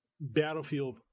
Battlefield